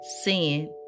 sin